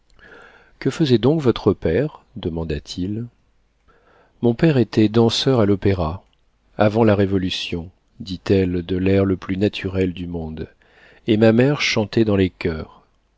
que faisait donc votre père demanda-t-il mon père était danseur à l'opéra avant la révolution dit-elle de l'air le plus naturel du monde et ma mère chantait dans les choeurs